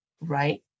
right